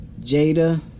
Jada